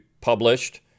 published